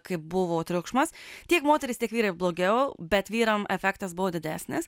kai buvo triukšmas tiek moterys tiek vyrai blogiau bet vyram efektas buvo didesnis